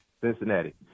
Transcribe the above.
Cincinnati